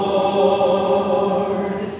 Lord